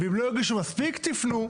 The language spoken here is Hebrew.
ואם לא הגישו מספיק, תפנו,